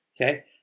okay